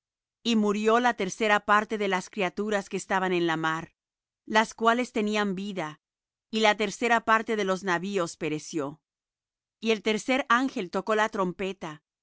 y murió la tercera parte de las criaturas que estaban en la mar las cuales tenían vida y la tercera parte de los navíos pereció y el tercer ángel tocó la trompeta